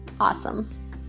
awesome